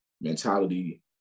mentality